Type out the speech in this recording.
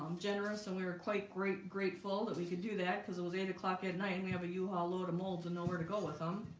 um generous and we were quite great grateful that we could do that because it was eight o'clock at night and we have a u-haul ah load of molds and nowhere to go with them